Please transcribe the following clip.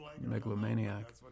megalomaniac